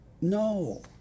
no